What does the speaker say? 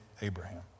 Abraham